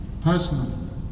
personally